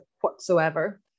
whatsoever